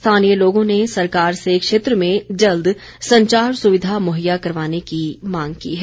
स्थानीय लोगों ने सरकार से क्षेत्र में जल्द संचार सुविधा मुहैया करवाने की मांग की है